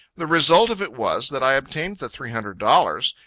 the result of it was, that i obtained the three hundred dollars,